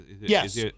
Yes